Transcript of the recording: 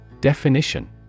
Definition